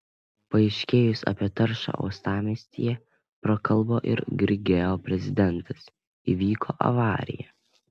paaiškėjus apie taršą uostamiestyje prakalbo ir grigeo prezidentas įvyko avarija